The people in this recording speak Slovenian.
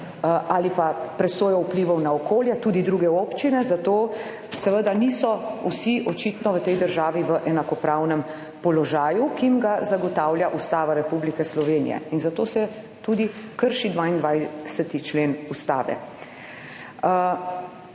ali pa presojo vplivov na okolje, tudi druge občine. Zato seveda niso vsi očitno v tej državi v enakopravnem položaju, ki jim ga zagotavlja Ustava Republike Slovenije in zato se tudi krši 22. člen Ustave.